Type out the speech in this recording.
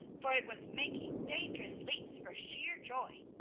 for it was making dangerous leaps for sheer joy.